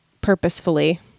purposefully